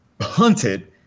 hunted